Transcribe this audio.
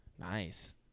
Nice